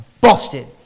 busted